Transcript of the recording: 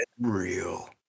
real